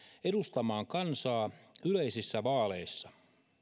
edustamaan kansaa yleisissä vaaleissa